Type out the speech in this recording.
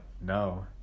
no